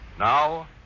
Now